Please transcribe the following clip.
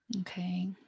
Okay